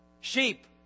Sheep